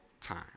time